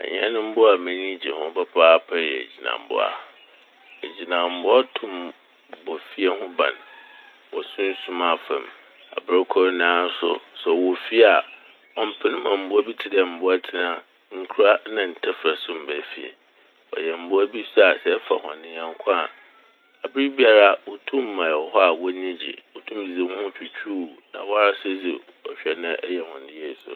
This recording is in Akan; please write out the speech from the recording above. Anyanmbowa a m'enyi gye ho papaapa yɛ egyinambowa. Egyinambowa tum bɔ fie ho ban wɔ sunsum afa m'. Aber kor naa so ɔwɔ fie ɔmmpen ma mbowa bi tse dɛ mbowatsena, nkura na ntsɛfɛr so mmba fie. Wɔyɛ mbowa bi so a sɛ ɛfa hɔn nyɛnko a aberbaira wotum ma ɛwɔ hɔ a w'enyi gye. Wotum dze ho twitwuuw wo na wara so dze ehwɛ na eyɛ hɔn yie so.